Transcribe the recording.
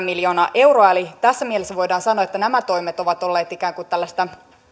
miljoonaa euroa eli tässä mielessä voidaan sanoa että nämä toimet ovat olleet ikään kuin tällaista